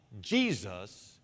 Jesus